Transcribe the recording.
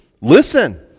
listen